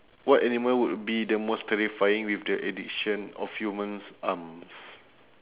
what animal would be the most terrifying with the addition of human arms